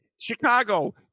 Chicago